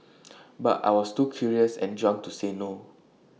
but I was too curious and drunk to say no